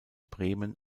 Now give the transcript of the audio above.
bremen